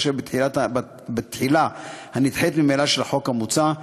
ובהתחשב בתחילה הנדחית ממילא של החוק המוצע,